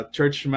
Church